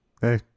Hey